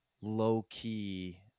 low-key